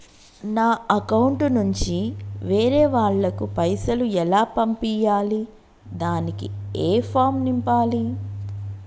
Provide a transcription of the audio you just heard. నా అకౌంట్ నుంచి వేరే వాళ్ళకు పైసలు ఎలా పంపియ్యాలి దానికి ఏ ఫామ్ నింపాలి?